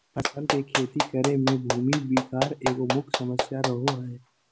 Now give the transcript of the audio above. फसल के खेती करे में भूमि विकार एगो मुख्य समस्या रहो हइ